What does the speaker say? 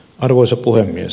arvoisa puhemies